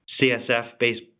CSF-based